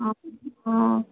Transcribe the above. অ অ